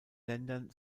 ländern